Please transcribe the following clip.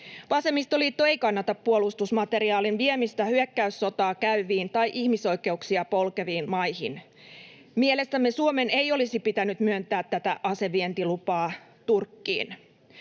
Vasemmistoliitto ei kannata puolustusmateriaalin viemistä hyökkäyssotaa käyviin tai ihmisoikeuksia polkeviin maihin. Mielestämme Suomen ei olisi pitänyt myöntää tätä asevientilupaa Turkkiin.